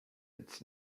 its